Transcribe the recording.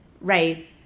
right